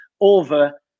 over